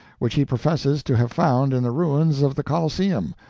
which he professes to have found in the ruins of the coliseum,